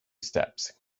steps